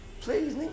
please